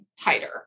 tighter